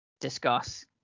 discuss